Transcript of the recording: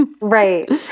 Right